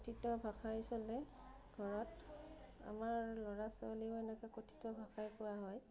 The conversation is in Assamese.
কথিত ভাষাই চলে ঘৰত আমাৰ ল'ৰা ছোৱালীও এনেকৈ কথিত ভাষাই কোৱা হয়